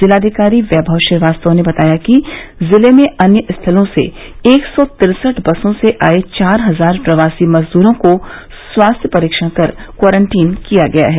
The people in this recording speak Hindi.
जिलाधिकारी वैभव श्रीवास्तव ने बताया कि जिले में अन्य स्थलों से एक सौ तिरसठ बसों से आये चार हजार प्रवासी मजदूरों को स्वास्थ्य परीक्षण कर क्वारंटीन किया गया है